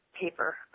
paper